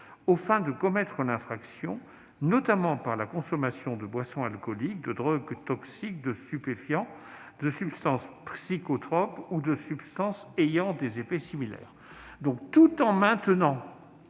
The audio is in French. aux fins de commettre l'infraction, notamment par la consommation de boissons alcooliques, de drogues toxiques, de stupéfiants, de substances psychotropes ou de substances ayant des effets similaires. » Tout en maintenant